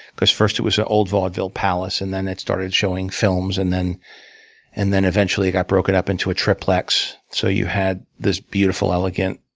because first it was an old vaudeville palace, and then it started showing films, and and then eventually it got broken up into a triplex. so you had this beautiful, elegant,